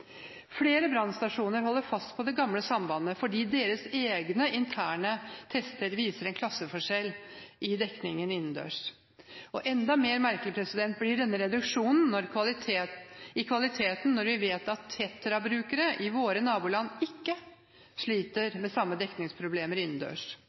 Flere brannstasjoner holder fast på det gamle sambandet, fordi deres egne interne tester viser en klasseforskjell i dekningen innendørs. Enda merkeligere blir denne reduksjonen i kvalitet når vi vet at TETRA-brukere i våre naboland ikke